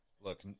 look